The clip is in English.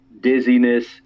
dizziness